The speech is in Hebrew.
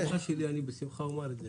בדברי הפתיחה שלי אני בשמחה אומר את זה.